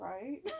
Right